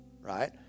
right